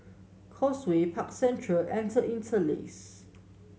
Causeway Park Central and The Interlace